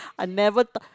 I never talk